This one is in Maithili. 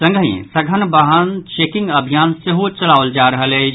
संगहि सघन वाहन चेकिंग अभियान चलाओल जा रहल अछि